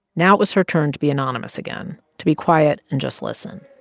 now it was her turn to be anonymous again, to be quiet and just listen.